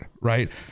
right